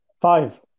Five